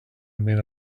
remain